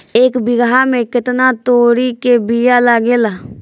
एक बिगहा में केतना तोरी के बिया लागेला?